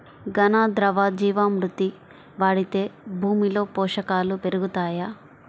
ఘన, ద్రవ జీవా మృతి వాడితే భూమిలో పోషకాలు పెరుగుతాయా?